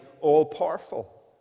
all-powerful